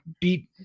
beat